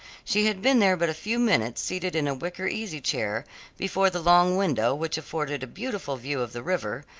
she had been there but a few minutes seated in a wicker easy-chair before the long window which afforded a beautiful view of the river,